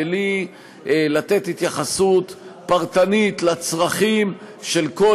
בלי לתת התייחסות פרטנית לצרכים של כל